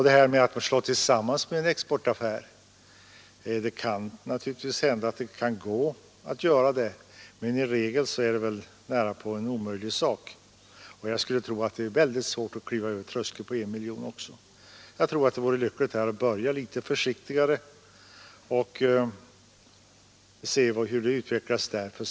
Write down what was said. Detta att slå sig tillsammans om en exportaffär kan naturligtvis hända, men i regel är det väl en omöjlig sak. Jag skulle tro att det även blir svårt att kliva över tröskeln 1 miljon. Jag tror det vore lyckligt att vi gick litet försiktigare fram och se hur det utvecklas.